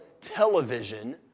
television